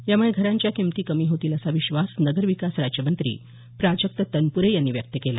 यामुळे घरांच्या किमती कमी होतील असा विश्वास नगरविकास राज्यमंत्री प्राजक्त तनपुरे यांनी व्यक्त केला